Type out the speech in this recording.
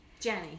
Jenny